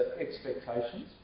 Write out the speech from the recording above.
expectations